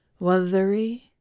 Weathery